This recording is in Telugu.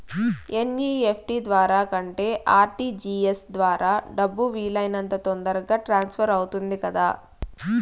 ఎన్.ఇ.ఎఫ్.టి ద్వారా కంటే ఆర్.టి.జి.ఎస్ ద్వారా డబ్బు వీలు అయినంత తొందరగా ట్రాన్స్ఫర్ అవుతుంది కదా